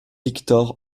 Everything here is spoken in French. victor